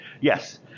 yes